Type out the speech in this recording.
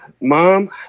mom